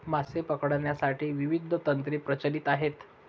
मासे पकडण्यासाठी विविध तंत्रे प्रचलित आहेत